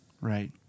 Right